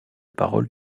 paroles